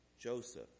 Joseph